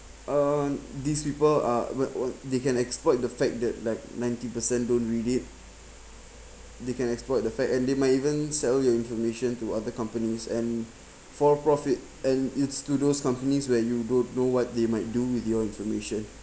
uh these people are what what they can exploit the fact that like ninety percent don't read it they can exploit the fact and they might even sell your information to other companies and for profit and it's to those companies where you don't know what they might do with your information